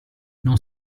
non